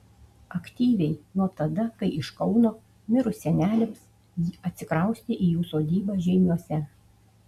aktyviai nuo tada kai iš kauno mirus seneliams atsikraustė į jų sodybą žeimiuose